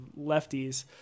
lefties